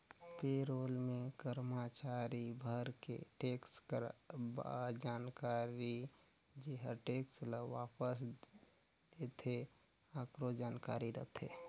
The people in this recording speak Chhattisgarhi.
पे रोल मे करमाचारी भर के टेक्स जानकारी जेहर टेक्स ल वापस लेथे आकरो जानकारी रथे